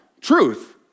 Truth